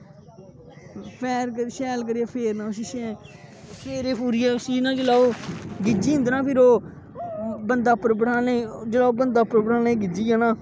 शैल करियै फेरना उसी फेरी फोरियै उसी ना जिसलै ओह् गिज्झी जंदा ना फिर ओह् बंदा उप्पर बठालने जेहड़ा बंदा उप्पर बैठलने च गिज्झी गेआ ना